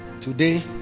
today